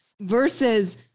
versus